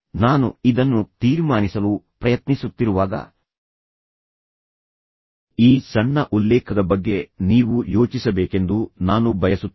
ನಾನು ಇದನ್ನು ತೀರ್ಮಾನಿಸಲು ಪ್ರಯತ್ನಿಸುತ್ತಿರುವಾಗ ಈ ಸಣ್ಣ ಉಲ್ಲೇಖದ ಬಗ್ಗೆ ನೀವು ಯೋಚಿಸಬೇಕೆಂದು ನಾನು ಬಯಸುತ್ತೇನೆ